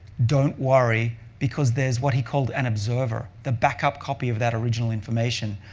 don't worry because there is what he called an observer, the backup copy of that original information,